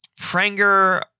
franger